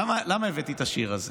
למה הבאתי את השיר הזה?